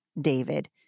David